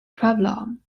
problem